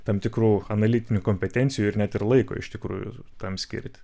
tam tikrų analitinių kompetencijų ir net ir laiko iš tikrųjų tam skirti